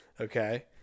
Okay